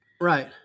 right